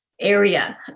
area